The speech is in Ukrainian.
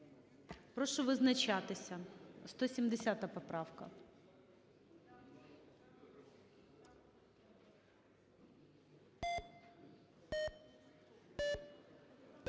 прошу визначатись. 187 поправка.